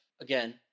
Again